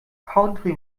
country